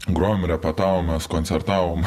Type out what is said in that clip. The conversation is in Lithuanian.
grojom repetavom mes koncertavom